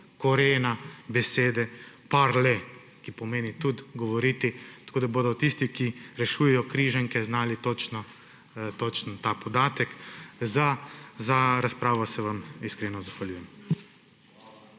korena besede »parler«, ki pomeni tudi govoriti, tako da bodo tisti, ki rešujejo križanke, znali točno ta podatek. Za razpravo se vam iskreno zahvaljujem.